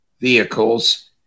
vehicles